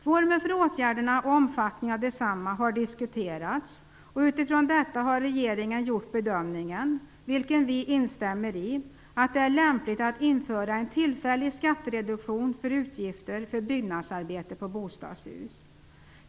Formen för åtgärderna och omfattningen av desamma har diskuterats, och utifrån detta har regeringen gjort bedömningen, vilken vi instämmer i, att det är lämpligt att införa en tillfällig skattereduktion för utgifter för byggnadsarbete på bostadshus.